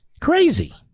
Crazy